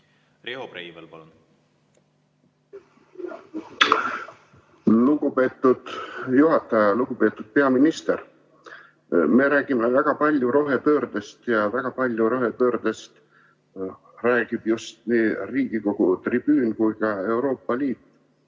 (Kaugühendus)Lugupeetud juhataja! Lugupeetud peaminister! Me räägime väga palju rohepöördest ja väga palju rohepöördest räägib nii Riigikogu tribüün kui ka Euroopa Liit.